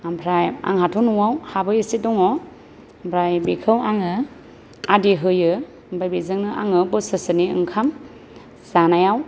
ओमफ्राय आंहाथ' नवाव हाबो एसे दङ ओमफ्राय बेखौ आङो आदि होयो बेजोंनो आङो बोसोरसेनि ओंखाम जानायाव